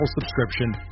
subscription